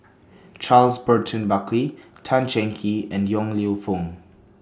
Charles Burton Buckley Tan Cheng Kee and Yong Lew Foong